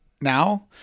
now